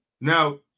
now